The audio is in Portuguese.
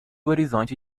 horizonte